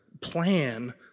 plan